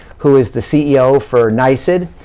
who is the ceo for nysid,